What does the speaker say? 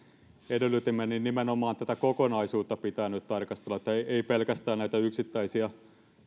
edellytimme nimenomaan tätä kokonaisuutta pitää nyt tarkastella ei pelkästään näitä yksittäisiä